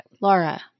Laura